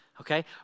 okay